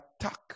attack